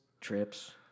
Trips